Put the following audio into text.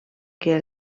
què